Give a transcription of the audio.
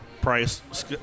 price